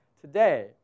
today